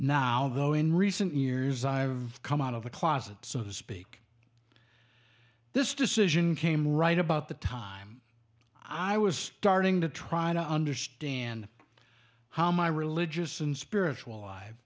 now though in recent years i have come out of the closet so to speak this decision came right about the time i was starting to try to understand how my religious and spiritual live